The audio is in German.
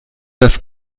das